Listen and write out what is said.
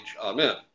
Amen